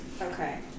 Okay